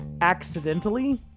accidentally